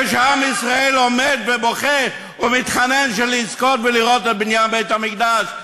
כשעם ישראל עומד ובוכה ומתחנן לזכות ולראות את בניין בית-המקדש?